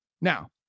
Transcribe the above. Now